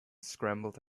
scrambled